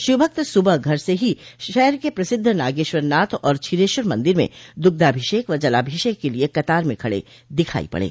शिव भक्त सुबह घर से ही शहर के प्रसिद्ध नागेश्वर नाथ और क्षीरेश्वर मंदिर में दुग्धाभिषेक व जलाभिषेक के लिए कतार में खड़े दिखाई पड़े